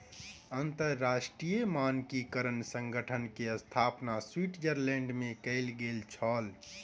अंतरराष्ट्रीय मानकीकरण संगठन के स्थापना स्विट्ज़रलैंड में कयल गेल छल